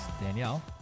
Danielle